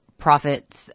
profits